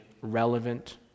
relevant